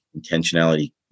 Intentionality